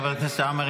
חבר הכנסת עמאר,